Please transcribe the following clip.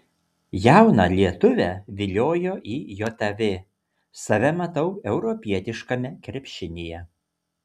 jauną lietuvę viliojo į jav save matau europietiškame krepšinyje